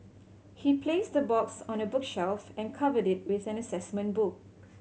he placed the box on a bookshelf and covered it with an assessment book